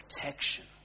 protection